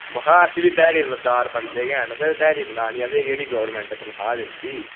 महां अस बी ध्याड़ीदार बंदे गै न ते ध्याड़ी बनानी असें केह्ड़ी गोरमेंट तनखाह् दिंदी